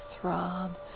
throb